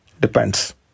depends